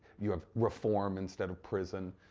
you have reform instead of prison.